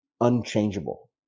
unchangeable